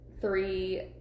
three